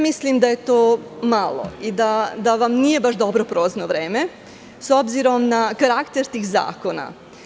Mislim da je to malo i da vam nije baš dobro prolazno vreme, s obzirom na karakter tih zakona.